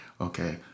Okay